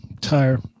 tire